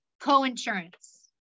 coinsurance